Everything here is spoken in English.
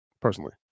personally